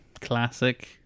Classic